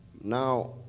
Now